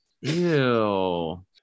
Ew